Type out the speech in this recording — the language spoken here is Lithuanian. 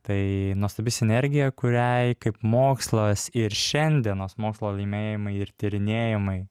tai nuostabi sinergija kuriai kaip mokslas ir šiandienos mokslo laimėjimai ir tyrinėjimai